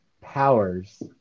powers